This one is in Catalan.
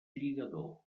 lligador